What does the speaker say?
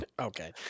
Okay